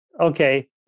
okay